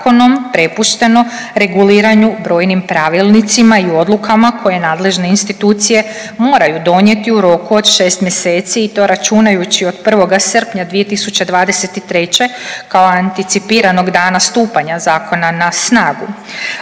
prepuštano reguliranju brojnim pravilnicima i u odlukama koje nadležne institucije moraju donijeti u roku od šest mjeseci i to računajući od 1. srpnja 2023. kao anticipiranog dana stupanja zakona na snagu.